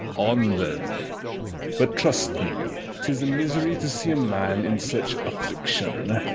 on, then but, trust me, tis a misery to see a man in such affliction